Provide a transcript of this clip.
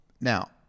Now